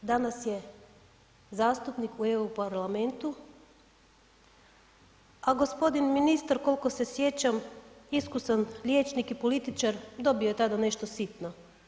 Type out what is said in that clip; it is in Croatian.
Danas je zastupnik u EU parlamentu, a g. ministar, koliko se sjećam, iskusan liječnik i političar, dobio je tada nešto sitno.